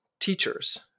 teachers